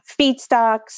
feedstocks